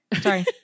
Sorry